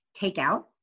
Takeout